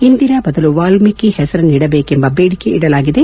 ಇಂದಿರಾ ಬದಲು ವಾಲ್ಮಿಕಿ ಹೆಸರನ್ನಿಡಬೇಕೆಂಬ ಬೇಡಿಕೆ ಇಡಲಾಗಿದೆ